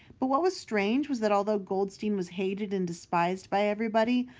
but what was strange was that although goldstein was hated and despised by everybody,